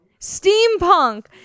steampunk